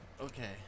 okay